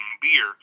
beer